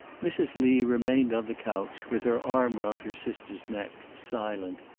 mrs. lee remained on the couch, with her arm round her sister's neck, silent,